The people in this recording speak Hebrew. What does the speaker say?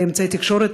באמצעי התקשורת,